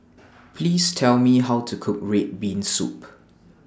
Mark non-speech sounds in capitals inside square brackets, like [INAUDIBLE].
[NOISE] Please Tell Me How to Cook Red Bean Soup